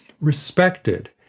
respected